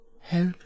Help